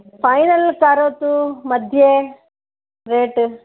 final करोतु मध्ये rate